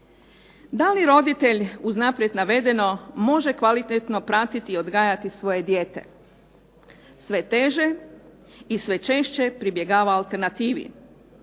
Da li roditelj, uz naprijed navedeno, može kvalitetno pratiti i odgajati svoje dijete? Sve teže i sve češće pribjegava alternativi.